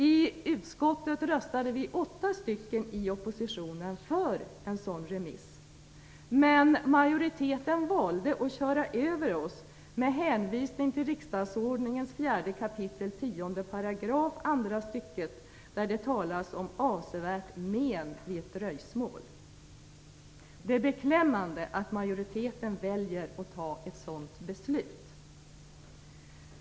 I utskottet röstade vi åtta i oppositionen för en sådan remiss, men majoriteten valde att köra över oss med hänvisning till 4 kap. 10 § andra stycket riksdagsordningen, där det talas om avsevärt men vid ett dröjsmål. Det är beklämmande att majoriteten väljer att fatta ett sådant beslut.